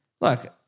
Look